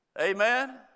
Amen